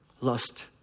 Lust